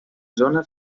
zona